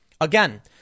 Again